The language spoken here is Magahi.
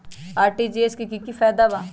आर.टी.जी.एस से की की फायदा बा?